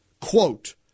quote